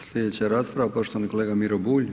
Sljedeća rasprava poštovani kolega Miro Bulj.